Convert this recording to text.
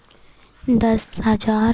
दस हज़ार